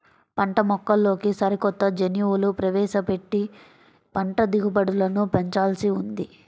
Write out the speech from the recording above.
పంటమొక్కల్లోకి సరికొత్త జన్యువులు ప్రవేశపెట్టి పంట దిగుబడులను పెంచాల్సి ఉంది